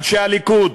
אנשי הליכוד,